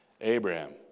Abraham